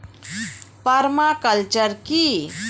Parma culture কি?